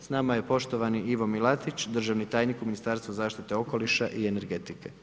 S nama je poštovani Ivo Milatić, državni tajnik u Ministarstvo zaštite okoliša i energetike.